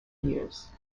years